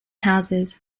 houses